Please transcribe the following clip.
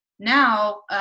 Now